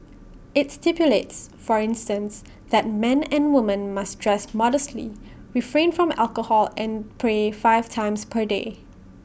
IT stipulates for instance that men and women must dress modestly refrain from alcohol and pray five times per day